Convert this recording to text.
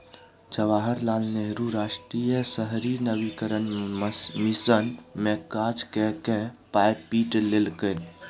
जवाहर लाल नेहरू राष्ट्रीय शहरी नवीकरण मिशन मे काज कए कए पाय पीट लेलकै